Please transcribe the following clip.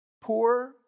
Poor